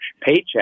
paycheck